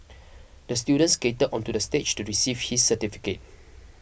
the student skated onto the stage to receive his certificate